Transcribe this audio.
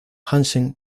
hansen